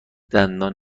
دندان